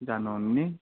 जानु आउनु नि